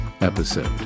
episode